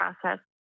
process